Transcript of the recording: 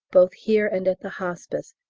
both here and at the hospice,